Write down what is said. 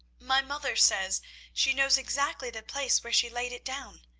my mother says she knows exactly the place where she laid it down.